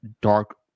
dark